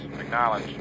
Acknowledge